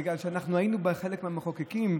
בגלל שאנחנו היינו חלק מהמחוקקים,